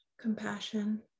compassion